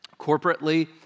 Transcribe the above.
corporately